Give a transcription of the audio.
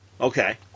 Okay